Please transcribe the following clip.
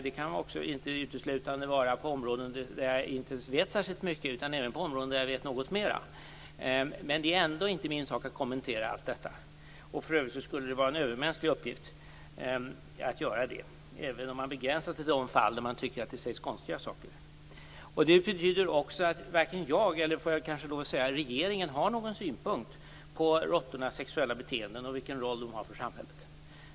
Det behöver inte uteslutande gälla områden där jag inte vet särskilt mycket. Det kan också gälla områden där jag vet något mer. Men det är ändå inte min sak att kommentera allt detta. För övrigt skulle det vara en övermänsklig uppgift att göra det, även om man begränsade sig till de fall där man tycker att det sägs konstiga saker. Det betyder också att varken jag eller regeringen, får jag kanske lov att säga, har någon synpunkt på råttornas sexuella beteende eller på vilken betydelse detta har för samhället.